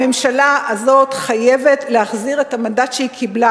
הממשלה הזאת חייבת להחזיר את המנדט שהיא קיבלה.